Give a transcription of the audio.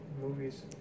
movies